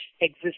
exist